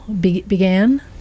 began